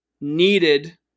needed